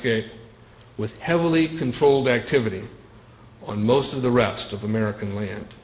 pe with heavily controlled activity on most of the rest of american land